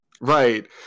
Right